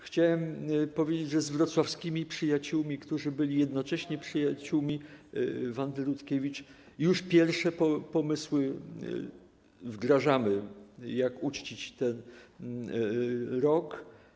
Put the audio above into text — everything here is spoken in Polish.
Chciałem powiedzieć, że z wrocławskimi przyjaciółmi, którzy byli jednocześnie przyjaciółmi Wandy Rutkiewicz, już wdrażamy pierwsze pomysły, jak uczcić ten rok.